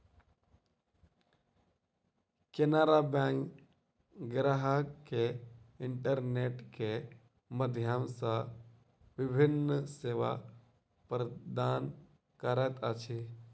Canara bank ग्राहक के internet के माध्यम सॅ विभिन्न सेवा प्रदान करैत अछि